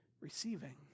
receiving